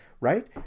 right